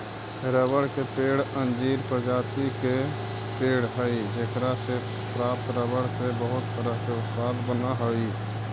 रबड़ के पेड़ अंजीर प्रजाति के पेड़ हइ जेकरा से प्राप्त रबर से बहुत तरह के उत्पाद बनऽ हइ